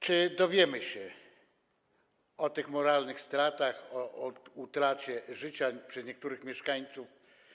Czy dowiemy się o tych moralnych stratach, o utracie życia przez niektórych mieszkańców?